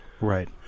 Right